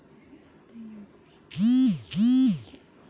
mm